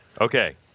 Okay